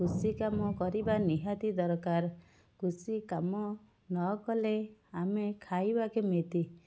କୃଷି କାମ କରିବା ନିହାତି ଦରକାର କୃଷି କାମ ନକଲେ ଆମେ ଖାଇବା କେମିତି